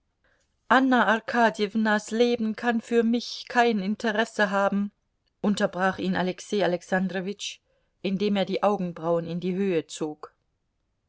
anna arkadjewnas leben kann für mich kein interesse haben unterbrach ihn alexei alexandrowitsch indem er die augenbrauen in die höhe zog